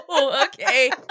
Okay